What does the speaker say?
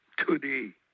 today